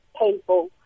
painful